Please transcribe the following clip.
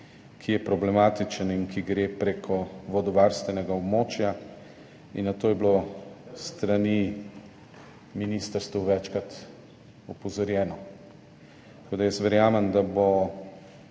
ki je problematičen in ki gre preko vodovarstvenega območja in na to je bilo s strani ministrstev večkrat opozorjeno. Tako, da jaz verjamem, da bo